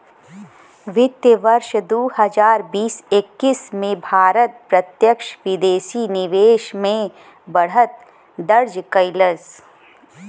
वित्त वर्ष दू हजार बीस एक्कीस में भारत प्रत्यक्ष विदेशी निवेश में बढ़त दर्ज कइलस